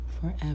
forever